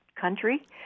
country